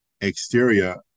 exterior